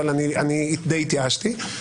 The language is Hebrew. אבל די התייאשתי.